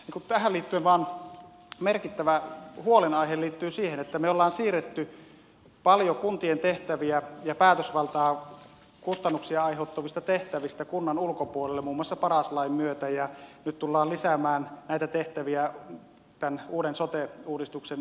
tähän liittyen merkittävä huolenaihe liittyy siihen että me olemme siirtäneet paljon kuntien tehtäviä ja päätösvaltaa kustannuksia aiheuttavista tehtävistä kunnan ulkopuolelle muun muassa paras lain myötä ja nyt tullaan lisäämään näitä tehtäviä tämän uuden sote uudistuksen myötä